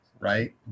right